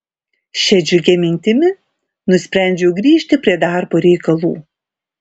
šia džiugia mintimi nusprendžiau grįžti prie darbo reikalų